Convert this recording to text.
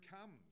comes